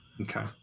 Okay